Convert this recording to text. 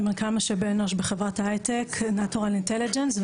סמנכ"ל משאבי אנוש בחברת הייטק נטורל אינטליג'נס.